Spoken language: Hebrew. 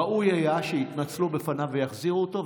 ראוי היה שיתנצלו בפניו ויחזירו אותו,